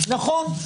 נכון,